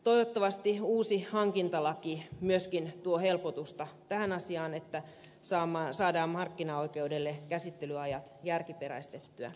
toivottavasti uusi hankintalaki myöskin tuo helpotusta tähän asiaan että saadaan markkinaoikeudelle käsittelyajat järkiperäistettyä